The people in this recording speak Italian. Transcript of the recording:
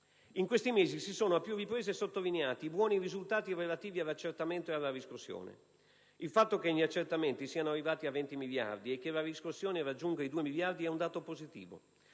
In questi mesi si sono a più riprese sottolineati i buoni risultati relativi all'accertamento e alla riscossione. Il fatto che gli accertamenti siano arrivati a 20 miliardi e che la riscossione raggiunga i 2 miliardi è un dato positivo,